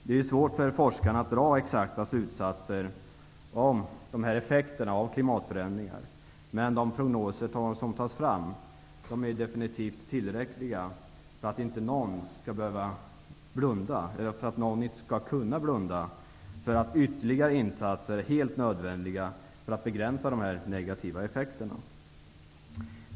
Det är svårt för forskarna att dra exakta slutsatser av klimatförändringarnas effekter. Men de prognoser som tas fram är definitivt tillräckliga för att inte någon skall kunna blunda för det faktum att ytterligare insatser är helt nödvändiga när det gäller att begränsa de negativa effekterna.